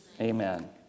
Amen